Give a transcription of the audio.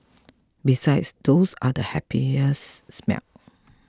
besides those are the happiest smells